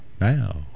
Now